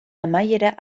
amaiera